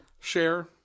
Share